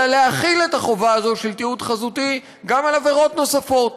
אלא להחיל את החובה הזאת של תיעוד חזותי גם על עבירות נוספות,